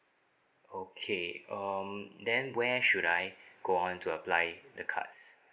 okay um then where should I go on to apply the cards